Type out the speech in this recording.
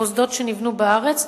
המוסדות שנבנו בארץ,